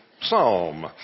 psalm